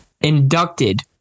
inducted